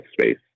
space